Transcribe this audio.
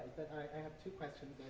i i have two questions,